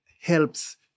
helps